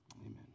Amen